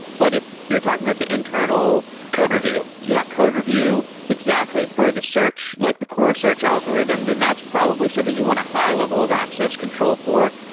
but if you're talking about the internal code review. yeah, code review, exactly for the search, like the core search algorithm, then that's probably something you want a high level of access control for.